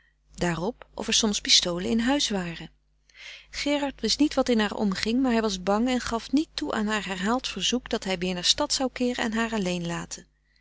of er soms pistolen in huis waren gerard wist niet wat in haar omging maar hij was bang en gaf niet toe aan haar herhaald verzoek dat hij weer naar stad zou keeren en haar alleen laten